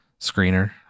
screener